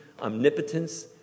omnipotence